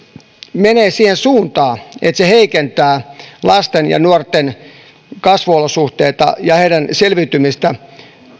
menee siihen suuntaan että se heikentää lasten ja nuorten kasvuolosuhteita ja heidän selviytymistään